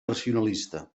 racionalista